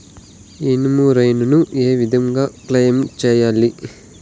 Insurance ఏ విధంగా claim సేయాలి?